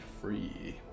free